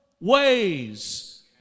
ways